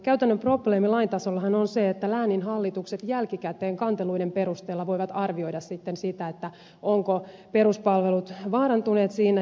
käytännön probleemi lain tasollahan on se että lääninhallitukset jälkikäteen kanteluiden perusteella voivat arvioida sitten sitä ovatko peruspalvelut vaarantuneet siinä